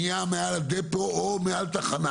בנייה מעל הדפו או מעל תחנה.